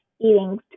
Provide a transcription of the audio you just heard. eating